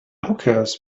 hookahs